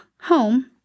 home